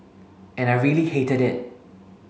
and I really hated it